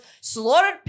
slaughtered